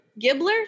Gibbler